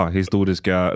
historiska